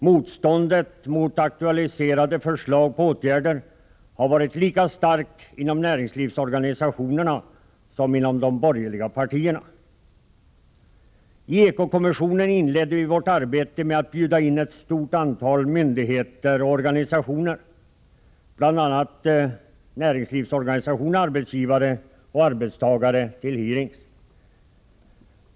Motståndet mot aktualiserade förslag till åtgärder har varit lika starkt inom näringslivsorganisationerna som inom de borgerliga partierna. I eko-kommissionen inledde vi vårt arbete med att bjuda in ett stort antal myndigheter och organisationer, bl.a. arbetsgivaroch arbetstagarorganisationer, till hearings.